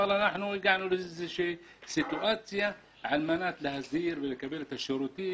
אנחנו הגענו לאיזושהי סיטואציה על מנת להזהיר ולקבל את השירותים.